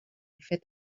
fet